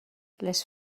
les